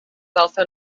also